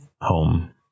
home